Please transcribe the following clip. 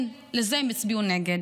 כן, לזה הם הצביעו נגד.